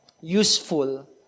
useful